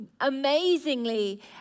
amazingly